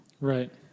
Right